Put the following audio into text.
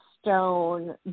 stone